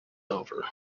over